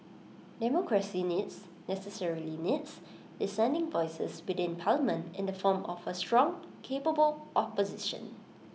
democracy needs necessarily needs dissenting voices within parliament in the form of A strong capable opposition